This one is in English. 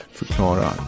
förklara